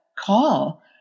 call